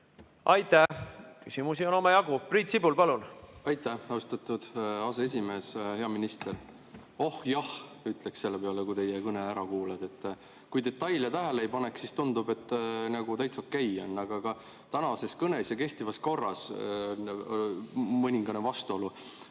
Aitäh! Küsimusi on omajagu. Priit Sibul, palun! Aitäh, austatud aseesimees! Hea minister! Oh jah, ütleks selle peale, kui teie kõne sai ära kuulatud. Kui detaile tähele ei paneks, siis tundub, et nagu täitsa okei on, aga tänases kõnes ja kehtivas korras on mõningane vastuolu.